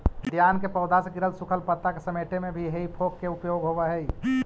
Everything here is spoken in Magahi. उद्यान के पौधा से गिरल सूखल पता के समेटे में भी हेइ फोक के उपयोग होवऽ हई